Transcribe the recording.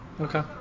Okay